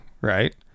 Right